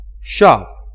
shop